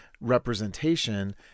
representation